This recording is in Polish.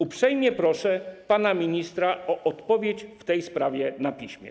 Uprzejmie proszę pana ministra o odpowiedź w tej sprawie na piśmie.